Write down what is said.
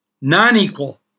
non-equal